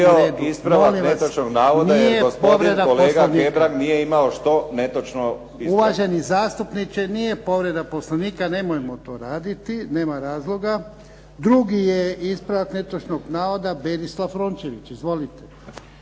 Uvaženi zastupniče, nije povreda Poslovnika, nemojmo to raditi, nema razloga. Drugi je ispravak netočnog navoda Berislav Rončević. Izvolite.